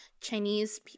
Chinese